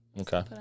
Okay